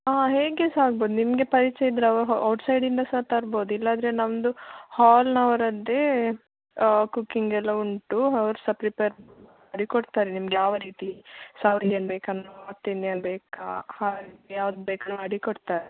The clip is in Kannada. ಹೇಗೆ ಸಹ ಅಗ್ಬೋದು ನಿಮಗೆ ಪರಿಚಯ ಇದ್ದರೆ ಔಟ್ಸೈಡಿಂದ ಸಹ ತರ್ಬೋದು ಇಲ್ಲಾಂದ್ರೆ ನಮ್ಮದು ಹಾಲ್ನವರದ್ದೇ ಕುಕ್ಕಿಂಗೆಲ್ಲ ಉಂಟು ಅವ್ರು ಸಹ ಪ್ರಿಪೇರ್ ಮಾಡಿ ಕೊಡ್ತಾರೆ ನಿಮ್ಗೆ ಯಾವ ರೀತಿ ಸೌರ್ ಇಯನ್ ಬೇಕೋ ನಾರ್ತ್ ಇಂಡಿಯನ್ ಬೇಕೋ ಹಾಗೆ ಯಾವ್ದು ಬೇಕೋ ಮಾಡಿ ಕೊಡ್ತಾರೆ